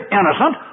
innocent